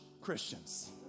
Christians